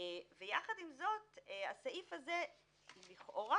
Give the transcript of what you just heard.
ויחד עם זאת הסעיף הזה לכאורה